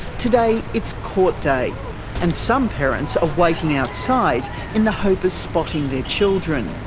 today it's court day and some parents are waiting outside in the hope of spotting their children.